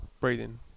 breathing